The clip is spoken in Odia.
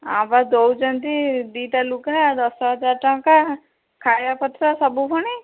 ହଁ ବା ଦଉଛନ୍ତି ଦୁଇଟା ଲୁଗା ଦଶ ହଜାର ଟଙ୍କା ଖାଇବା ଖର୍ଚ୍ଚ ସବୁ ଫୁଣି